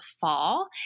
fall